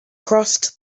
crossed